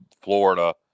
Florida